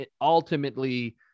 ultimately